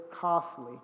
costly